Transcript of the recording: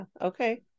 okay